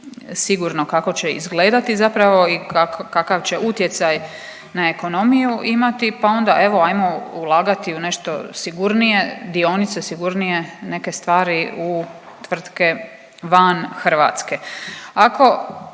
sigurno kako će izgledati zapravo i kakav će utjecaj na ekonomiju imati, pa onda evo ajmo ulagati u nešto sigurnije, dionice, sigurnije neke stvari u tvrtke van Hrvatske.